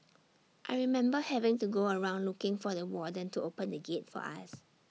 I remember having to go around looking for the warden to open the gate for us